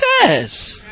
says